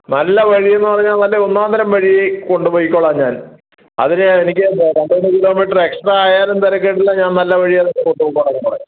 നല്ല വഴിയെന്ന് പറഞ്ഞാൽ നല്ല ഒന്നാന്തരം വഴി കൊണ്ടു പൊയ്ക്കോളാം ഞാൻ അതിന് എനിക്ക് പന്ത്രണ്ട് കിലോമീറ്റർ എക്സ്ട്രാ ആയാലും തരക്കേടില്ല ഞാൻ നല്ല വഴിയേ കൊണ്ടു പൊയ്ക്കോളാം നിങ്ങളെ